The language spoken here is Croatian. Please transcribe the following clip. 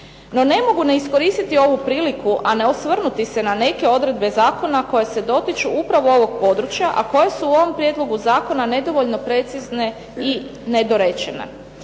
NO, ne mogu iskoristiti ovu priliku a ne osvrnuti se na neke odredbe zakona koje se dotiču upravo ovog područja a koje su u ovom Prijedlogu zakona nedovoljno precizne i nedorečene.